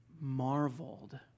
marveled